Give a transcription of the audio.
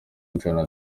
gucana